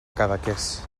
cadaqués